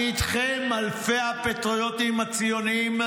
אני איתכם, אלפי הפטריוטים הציוניים,